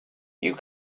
you